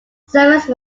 service